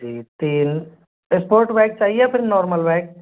जी तीन sport bike चाहिए या फिर नॉर्मल बाइक